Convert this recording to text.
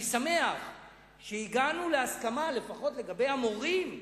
אני שמח שהגענו להסכמה, לפחות לגבי המורים,